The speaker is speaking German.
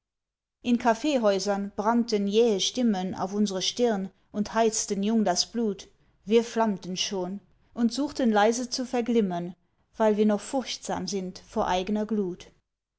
in kaffeehäusern brannten jähe stimmen auf unsre stirn und heizten jung das blut wir flammten schon und suchen leise zu verglimmen weil wir noch furchtsam sind vor eigner glut